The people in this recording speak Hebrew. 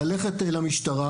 ללכת למשטרה,